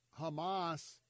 Hamas